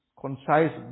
concise